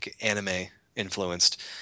anime-influenced